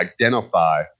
identify